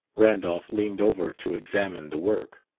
randolph leaned over to examine the work.